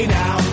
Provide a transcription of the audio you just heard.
now